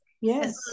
Yes